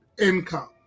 income